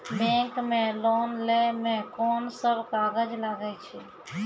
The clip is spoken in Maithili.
बैंक मे लोन लै मे कोन सब कागज लागै छै?